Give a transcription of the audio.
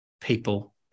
people